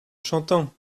chantant